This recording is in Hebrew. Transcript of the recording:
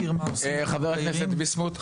חבר הכנסת ביסמוט,